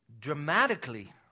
dramatically